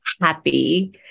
happy